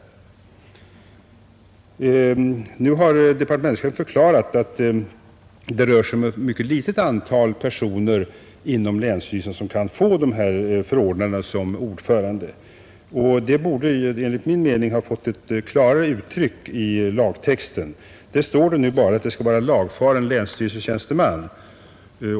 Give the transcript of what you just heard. Nu har departementschefen förklarat att det rör sig om ett mycket litet antal personer inom länsstyrelsen som kan få sådana här förordnanden som ordförande. Det borde enligt min mening ha fått ett klarare uttryck i lagtexten. Där står nu bara att det skall vara lagfaren länsstyrelsetjänsteman.